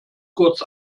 kurz